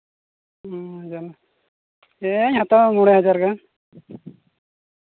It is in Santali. ᱦᱮᱸ ᱡᱟᱦᱟᱱᱟᱜ ᱦᱮᱧ ᱦᱟᱛᱟᱣᱟ ᱢᱚᱬᱮ ᱦᱟᱡᱟᱨ ᱜᱟᱱ